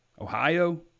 Ohio